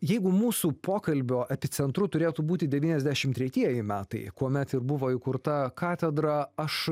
jeigu mūsų pokalbio epicentru turėtų būti devyniasdešim tretieji metai kuomet ir buvo įkurta katedra aš